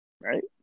right